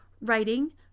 writing